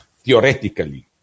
theoretically